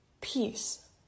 peace